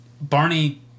Barney